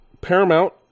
paramount